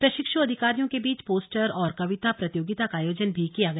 प्रक्षिशु अधिकारियों के बीच पोस्टर और कविता प्रतियोगिता का आयोजन भी किया गया